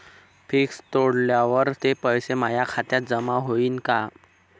Fix तोडल्यावर ते पैसे माया खात्यात जमा होईनं का?